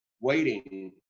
waiting